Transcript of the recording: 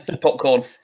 Popcorn